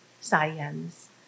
science